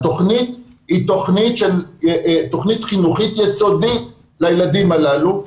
התוכנית היא תוכנית חינוכית יסודית לילדים הללו,